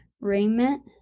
raiment